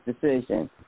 decision